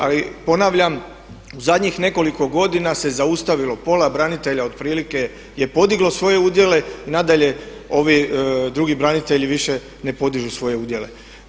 A ponavljam u zadnjih nekoliko godina se zaustavilo, pola branitelja otprilike je podiglo svoje udjele i nadalje ovi drugi branitelji više ne podižu svoje udjele.